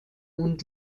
und